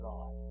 God